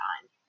time